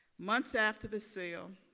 months after the sale,